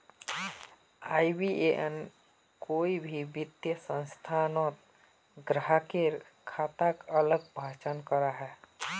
IBAN कोई भी वित्तिय संस्थानोत ग्राह्केर खाताक अलग पहचान कराहा